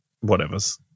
Whatever's